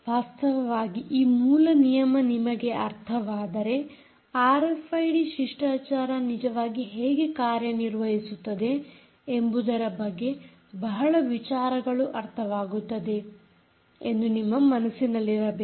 ವಾಸ್ತವವಾಗಿ ಈ ಮೂಲ ನಿಯಮ ನಿಮಗೆ ಅರ್ಥವಾದರೆ ಆರ್ಎಫ್ಐಡಿ ಶಿಷ್ಟಾಚಾರ ನಿಜವಾಗಿ ಹೇಗೆ ಕಾರ್ಯನಿರ್ವಹಿಸುತ್ತದೆ ಎಂಬುದರ ಬಗ್ಗೆ ಬಹಳ ವಿಚಾರಗಳು ಅರ್ಥವಾಗುತ್ತದೆ ಎಂದು ನಿಮ್ಮ ಮನಸ್ಸಿನಲ್ಲಿರಬೇಕು